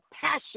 passion